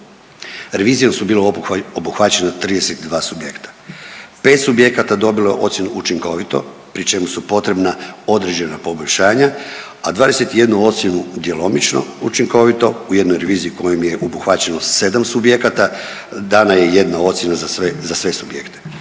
Revizijom su bile obuhvaćena 32 subjekta, pet subjekata dobilo je ocjenu učinkovito pri čemu su potrebna određena poboljšanja, a 21 ocjenu djelomično učinkovito u jednoj reviziji kojom je obuhvaćeno sedam subjekata dana je jedna ocjene za sve subjekte.